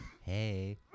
hey